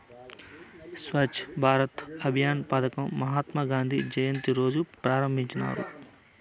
స్వచ్ఛ భారత్ అభియాన్ పదకం మహాత్మా గాంధీ జయంతి రోజా ప్రారంభించినారు